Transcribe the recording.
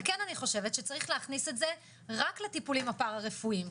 ואני כן חושבת שצריך להכניס את זה רק לטיפולים הפרה רפואיים,